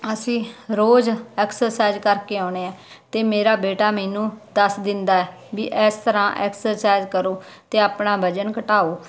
ਅਸੀਂ ਰੋਜ਼ ਐਕਸਰਸਾਈਜ਼ ਕਰਕੇ ਆਉਣੇ ਆ ਤੇ ਮੇਰਾ ਬੇਟਾ ਮੈਨੂੰ ਦੱਸ ਦਿੰਦਾ ਵੀ ਇਸ ਤਰ੍ਹਾਂ ਐਕਸਚੇਂਜ ਕਰੋ ਤੇ ਆਪਣਾ ਵਜਨ ਘਟਾਓ